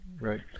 Right